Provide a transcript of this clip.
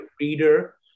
reader